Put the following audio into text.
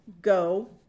go